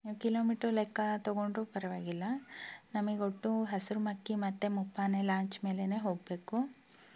ನೀವ್ ಕಿಲೋಮೀಟರ್ ಲೆಕ್ಕ ತಗೊಂಡ್ರು ಪರವಾಗಿಲ್ಲ ನಮಗೊಟ್ಟು ಹಸ್ರುಮಕ್ಕಿ ಮತ್ತು ಮುಪ್ಪಾನೆ ಲಾಂಚ್ ಮೇಲೇನೇ ಹೋಗಬೇಕು